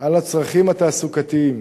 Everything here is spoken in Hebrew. על הצרכים התעסוקתיים